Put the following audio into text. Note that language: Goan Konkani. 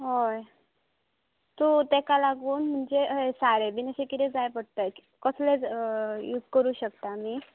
हय सो तेका लागून म्हणजे अशें सारें बीन अशें किरें जाय पडटा कसलें यूज करूं शकता आमी